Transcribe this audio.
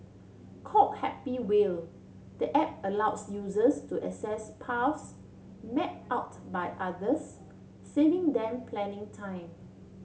called Happy Wheel the app allows users to access paths mapped out by others saving them planning time